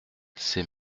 ses